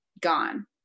gone